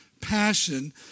passion